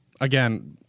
again